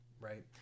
right